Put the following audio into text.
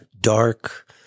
dark